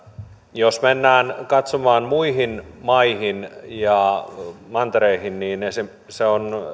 jos mennään katsomaan muihin maihin ja mantereihin niin se se on